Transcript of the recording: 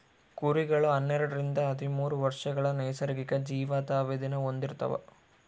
ಕುರಿಗಳು ಹನ್ನೆರಡರಿಂದ ಹದಿಮೂರು ವರ್ಷಗಳ ನೈಸರ್ಗಿಕ ಜೀವಿತಾವಧಿನ ಹೊಂದಿರ್ತವ